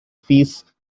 fees